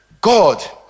God